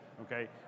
okay